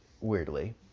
weirdly